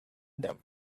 them